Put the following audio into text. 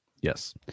Yes